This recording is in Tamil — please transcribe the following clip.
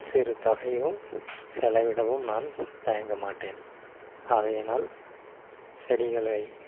சிறு தொகையும் செலவிடவும் நான் தயங்க மாட்டேன் ஆகையினால் செடிகளை